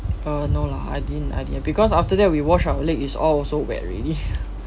uh no lah I didn't I didn't because after that we wash our leg is all also wet already